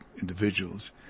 individuals